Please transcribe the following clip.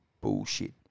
bullshit